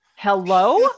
Hello